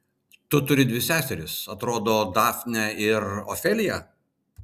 tu turi dvi seseris atrodo dafnę ir ofeliją